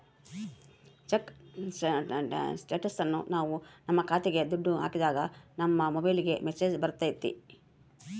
check ಸ್ಟೇಟಸ್ನ ನಾವ್ ನಮ್ ಖಾತೆಗೆ ದುಡ್ಡು ಹಾಕಿದಾಗ ನಮ್ ಮೊಬೈಲ್ಗೆ ಮೆಸ್ಸೇಜ್ ಬರ್ತೈತಿ